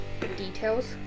Details